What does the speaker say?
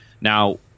Now